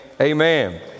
amen